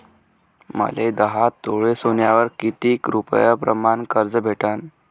मले दहा तोळे सोन्यावर कितीक रुपया प्रमाण कर्ज भेटन?